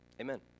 Amen